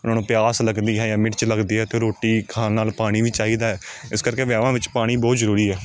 ਉਹਨਾਂ ਨੂੰ ਪਿਆਸ ਲੱਗਦੀ ਹੈ ਜਾਂ ਮਿਰਚ ਲੱਗਦੀ ਹੈ ਅਤੇ ਰੋਟੀ ਖਾਣ ਨਾਲ ਪਾਣੀ ਵੀ ਚਾਹੀਦਾ ਹੈ ਇਸ ਕਰਕੇ ਵਿਆਹਾਂ ਵਿੱਚ ਪਾਣੀ ਬਹੁਤ ਜ਼ਰੂਰੀ ਹੈ